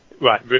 Right